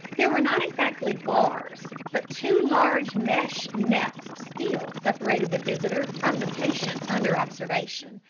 there were not exactly bars, but two large mesh nets of steel separated the visitor from the patient under observation.